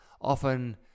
often